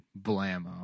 blammo